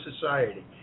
society